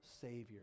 Savior